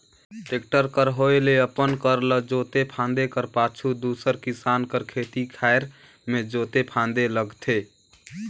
tractor कर होए ले अपन कर ल जोते फादे कर पाछू दूसर किसान कर खेत खाएर मे जोते फादे लगथे